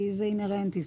זה אינהרנטי.